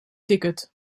ticket